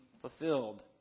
fulfilled